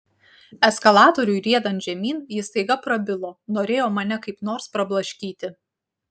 eskalatoriui riedant žemyn jis staiga prabilo norėjo mane kaip nors prablaškyti